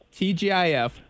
TGIF